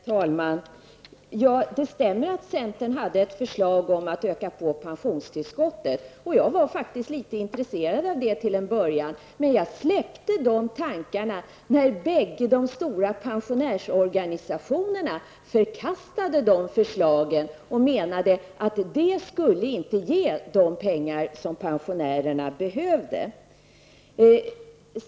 Herr talman! Ja, det stämmer att centern hade ett förslag om att öka på pensionstillskottetn. Jag var faktiskt litet intresserad av det till en början, men jag släppte de tankarna när de bägge stora pensionsorganisationerna förkastade det förslagen. De menade att förslaget inte skulle ge de pengar som pensionärerna behövde.